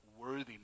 worthiness